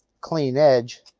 clean edge.